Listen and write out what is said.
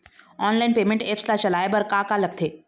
Online payment apps ला चलाए बार का का लगथे?